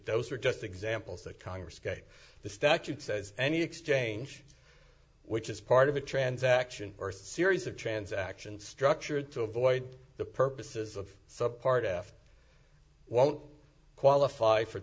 those are just examples that congress gave the statute says any exchange which is part of a transaction or a series of transactions structured to avoid the purposes of subpart f won't qualify for